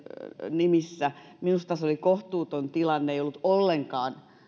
nimissä minusta se oli kohtuuton tilanne ei ollut ollenkaan